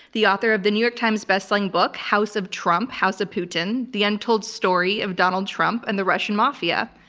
the author of the new york times best-selling book house of trump, house of putin the untold story of donald trump and the russian mafia,